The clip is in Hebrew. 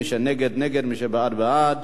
מי שנגד, נגד, מי שבעד, בעד.